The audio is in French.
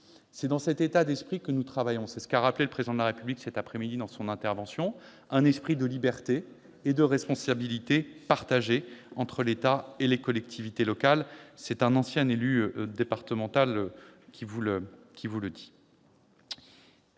C'est dans cet état d'esprit que nous travaillons, comme l'a rappelé le Président de la République cet après-midi dans son intervention : un esprit de liberté et de responsabilité partagé entre l'État et les collectivités locales. C'est un ancien élu départemental qui vous le dit.